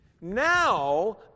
Now